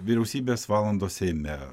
vyriausybės valandos seime